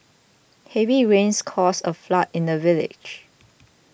heavy rains caused a flood in the village